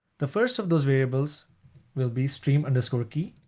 the first of those variables will be stream underscore key.